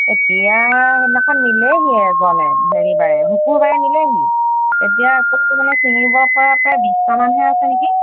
এতিয়া সেইদিনাখন নিলেহিয়ে এজনে হেৰি বাৰে শুকুৰবাৰে নিলেহি এতিয়া আকৌ মানে ছিঙিব পৰাকে বিছটামানহে আছে নেকি